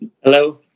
Hello